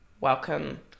welcome